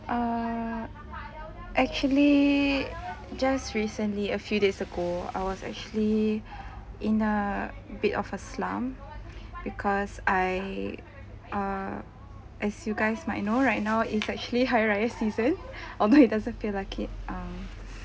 err actually just recently a few days ago I was actually in a bit of a slump because I err as you guys might know right now is actually hari raya season although it doesn't feel like it um